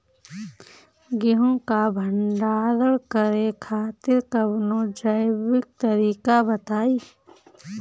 गेहूँ क भंडारण करे खातिर कवनो जैविक तरीका बताईं?